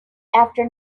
after